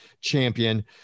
champion